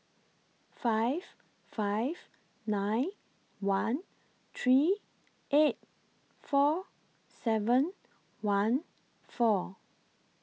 five five nine one three eight four seven one four